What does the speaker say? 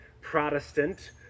protestant